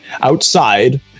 Outside